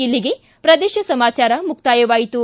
ಇಲ್ಲಿಗೆ ಪ್ರದೇಶ ಸಮಾಚಾರ ಮುಕ್ತಾಯವಾಯಿತು